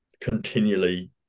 continually